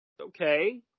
okay